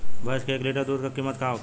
भैंस के एक लीटर दूध का कीमत का होखेला?